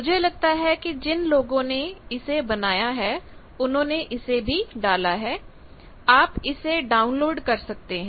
मुझे लगता है कि जिन लोगों ने इसे बनाया है उन्होंने इसे भी डाला है आप इसे भी डाउनलोड कर सकते हैं